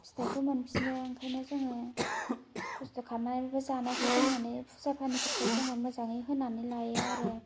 फिथाइखौ मोनफिनो ओंखायनो जोङो खस्ट' खालामनानैबो जानायखौ दोन्नानै फुजा फानिफोरखौ मोजाङै होनानै लायो आरो